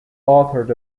authored